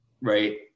Right